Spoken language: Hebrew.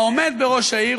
העומד בראש העיר,